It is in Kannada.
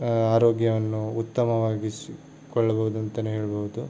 ಆರೋಗ್ಯವನ್ನು ಉತ್ತಮವಾಗಿಸಿಕೊಳ್ಳಬಹುದಂತಾನೇ ಹೇಳ್ಬೋದು